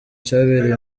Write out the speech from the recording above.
cyabereye